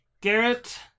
Garrett